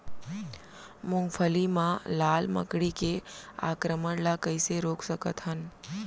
मूंगफली मा लाल मकड़ी के आक्रमण ला कइसे रोक सकत हन?